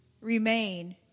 remain